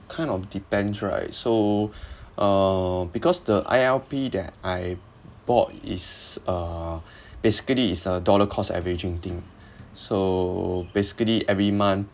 kind of depends right so uh because the I_L_P that I bought is uh basically is a dollar cost averaging thing so basically every month